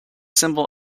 symbol